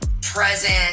present